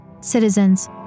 citizens